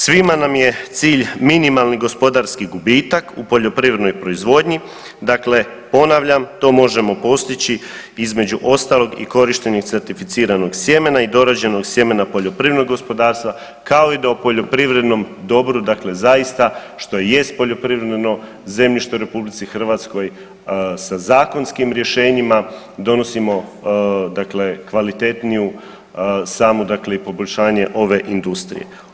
Svima nam je cilj minimalni gospodarski gubitak u poljoprivrednoj proizvodnji, dakle ponavljam to možemo postići između ostalog i korištenjem certificiranog sjemena i dorađenog sjemena poljoprivrednog gospodarstva, kao i da u poljoprivrednom dobru dakle zaista što jest poljoprivredno zemljište u RH sa zakonskim rješenjima donosimo dakle kvalitetniju samu dakle i poboljšanje ove industrije.